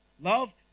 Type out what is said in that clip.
Love